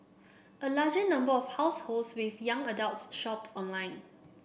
a larger number of households with young adults shopped online